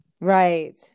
Right